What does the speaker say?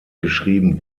geschrieben